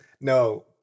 No